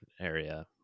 area